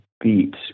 beat